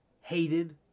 hated